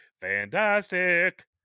fantastic